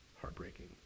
heartbreaking